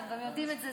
ואתם גם יודעים את זה.